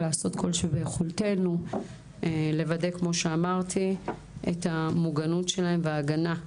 לעשות כל שביכולתנו לוודא את המוגנות וההגנה שלהם,